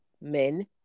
men